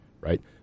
right